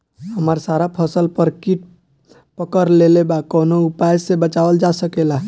हमर सारा फसल पर कीट पकड़ लेले बा कवनो उपाय से बचावल जा सकेला?